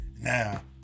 Now